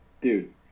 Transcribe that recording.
dude